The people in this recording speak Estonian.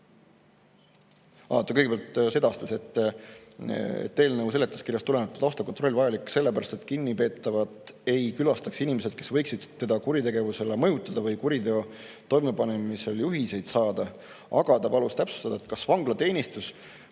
Aa, ta kõigepealt sedastas, et eelnõu seletuskirjast tulenevalt on taustakontroll vajalik sellepärast, et kinnipeetavat ei külastaks inimesed, kes võiksid teda kuritegevusele mõjutada või kuriteo toimepanemiseks juhiseid saada. Aga ta palus täpsustada, kas vanglateenistus